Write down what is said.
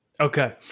Okay